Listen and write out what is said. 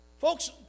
Folks